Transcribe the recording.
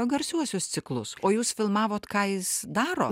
garsiuosius ciklus o jūs filmavot ką jis daro